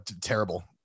terrible